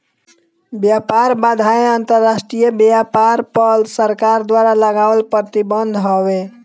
व्यापार बाधाएँ अंतरराष्ट्रीय व्यापार पअ सरकार द्वारा लगावल प्रतिबंध हवे